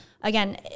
again